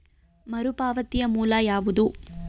ಮರುಪಾವತಿಯ ಮೂಲ ಯಾವುದು?